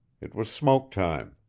it was smoke time.